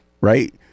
right